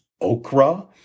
okra